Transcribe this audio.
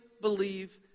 believe